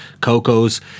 cocos